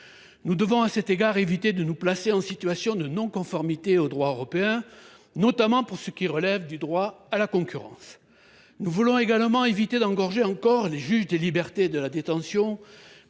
nous devons éviter de nous placer en situation de non conformité au droit européen, notamment pour ce qui relève du droit de la concurrence. Nous voulons également éviter d’engorger encore les juges des libertés et de la détention,